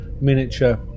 miniature